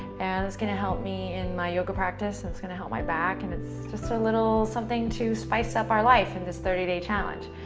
and it's going to help me in my yoga practice. it's going to help my back, and it's just a so little something to spice up our life in this thirty day challenge.